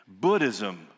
Buddhism